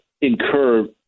incur